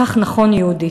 כך נכון יהודית.